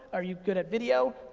are you good at video,